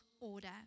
order